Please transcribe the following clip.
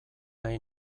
nahi